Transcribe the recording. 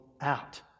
out